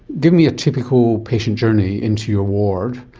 give me a typical patient journey into your ward,